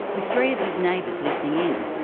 with three of his neighbours listening in.